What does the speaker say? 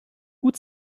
hut